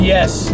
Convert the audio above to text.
Yes